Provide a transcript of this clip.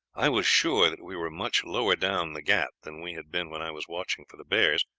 i was sure that we were much lower down the ghaut than we had been when i was watching for the bears,